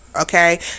okay